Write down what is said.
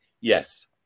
yes